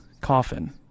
coffin